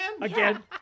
Again